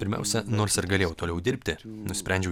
pirmiausia nors ir galėjau toliau dirbti nusprendžiau